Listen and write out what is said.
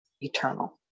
eternal